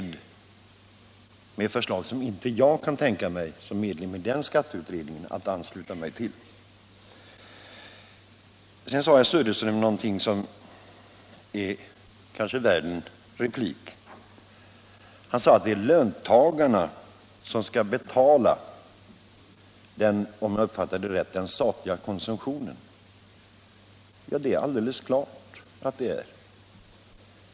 Det förslag som väntas från den skatteutredning jag sitter med i kan jag i varje fall inte ansluta mig till. Vidare yttrade herr Söderström något som kanske är värt en replik. Han sade, om jag uppfattade honom rätt, att det är löntagarna som skall betala den statliga konsumtionen. Ja, det är alldeles klart.